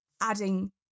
adding